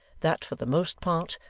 that, for the most part,